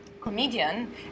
comedian